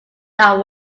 that